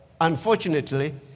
unfortunately